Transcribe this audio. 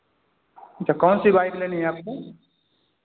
sir कौनसी bike लेनी है आपको